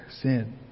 sin